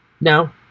now